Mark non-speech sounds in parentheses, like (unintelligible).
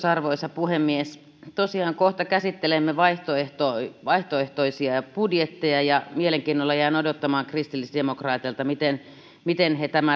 (unintelligible) arvoisa puhemies tosiaan kohta käsittelemme vaihtoehtoisia vaihtoehtoisia budjetteja ja mielenkiinnolla jään odottamaan kristillisdemokraateilta miten miten he tämän